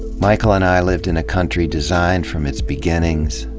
michael and i lived in a country designed from its beginnings,